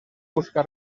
busca